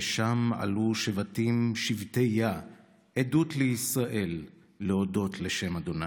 ששם עלו שבטים שבטי-יה עדות לישראל להודות לשם ה'.